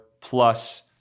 plus